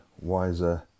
wiser